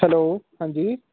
hello ਹਾਂਜੀ